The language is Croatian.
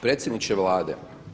Predsjedniče Vlade.